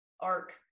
arc